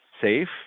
safe